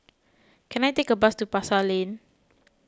can I take a bus to Pasar Lane